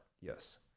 yes